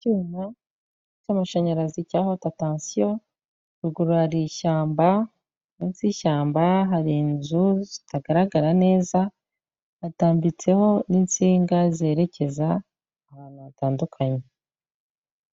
Icyuma cy'amashanyarazi cya hoti atansiyo, ruguru ari ishyamba, munsi y'ishyamba hari inzu zitagaragara neza, hatambitseho n'insinga zerekeza ahantu hatandukanye.